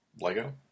Lego